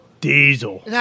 diesel